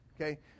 okay